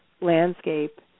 landscape